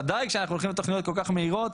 ודאי כשאנחנו הולכים לתוכניות כל כך מהירות,